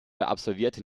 absolvierte